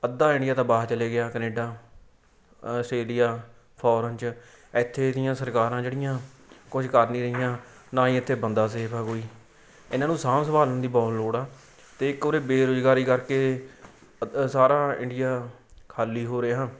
ਅੱਧਾ ਇੰਡੀਆ ਤਾਂ ਬਾਹਰ ਚਲੇ ਗਿਆ ਕਨੇਡਾ ਆਸਟ੍ਰੇਲੀਆ ਫੋਰਨ 'ਚ ਇੱਥੇ ਇਹਦੀਆਂ ਸਰਕਾਰਾਂ ਜਿਹੜੀਆਂ ਕੁਝ ਕਰ ਨਹੀਂ ਰਹੀਆਂ ਨਾ ਹੀ ਇੱਥੇ ਬੰਦਾ ਸੇਫ ਆ ਕੋਈ ਇਹਨਾਂ ਨੂੰ ਸਾਂਭ ਸੰਭਾਲਣ ਦੀ ਬਹੁਤ ਲੋੜ ਆ ਅਤੇ ਇੱਕ ਉਰੇ ਬੇਰੁਜ਼ਗਾਰੀ ਕਰਕੇ ਅੱ ਸਾਰਾ ਇੰਡੀਆ ਖਾਲੀ ਹੋ ਰਿਹਾ